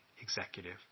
executive